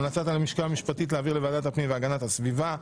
המלצת הלשכה המשפטית היא להעביר לוועדת הפנים והגנת הסביבה.